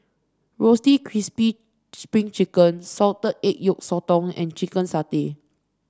Roasted Crispy Spring Chicken Salted Egg Yolk Sotong and Chicken Satay